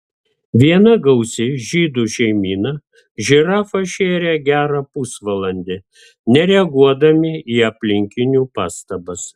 viena gausi žydų šeimyna žirafą šėrė gerą pusvalandį nereaguodami į aplinkinių pastabas